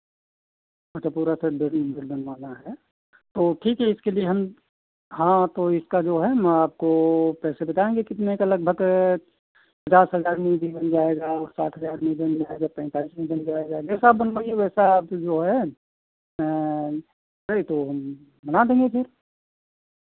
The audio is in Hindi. अच्छा पूरा सेट बेडिंग बनवाना है तो ठीक है इसके लिए हम हाँ तो इसका जो है हम आपको पैसे बताएँगे कितने का लगभग पचास हज़ार में भी बन जाएगा और साठ हज़ार में भी बन जाएगा पैंतालीस में बन जाएगा जैसा आप बनवाइए वैसा आपसे जो है नहीं तो हम बना देंगे फिर